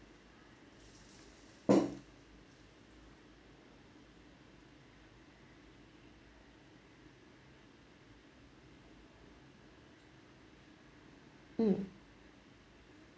mm